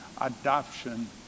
adoption